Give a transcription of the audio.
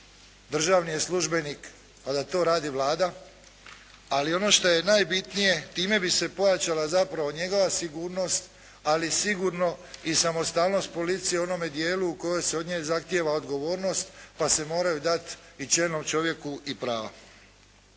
državni je službenik, a da to radi Vlada, ali ono što je najbitnije, time bi se pojačala zapravo njegova sigurnost ali sigurno i samostalnost policije u onome dijelu koje se od nje zahtjeva odgovornost pa se moraju dati i čelnom čovjeku i prava.